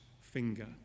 finger